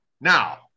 now